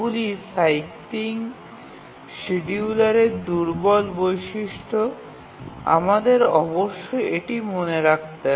এগুলি সাইক্লিং শিডিয়ুলারের দুর্বল বৈশিষ্ট্য আমাদের অবশ্যই এটি মনে রাখতে হবে